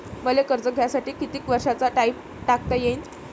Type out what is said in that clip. मले कर्ज घ्यासाठी कितीक वर्षाचा टाइम टाकता येईन?